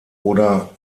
oder